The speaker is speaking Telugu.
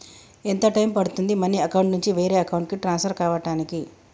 ఎంత టైం పడుతుంది మనీ అకౌంట్ నుంచి వేరే అకౌంట్ కి ట్రాన్స్ఫర్ కావటానికి?